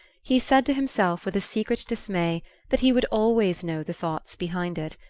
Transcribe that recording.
he said to himself with a secret dismay that he would always know the thoughts behind it,